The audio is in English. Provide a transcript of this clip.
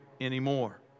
anymore